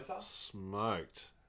smoked